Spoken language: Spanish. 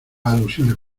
alusiones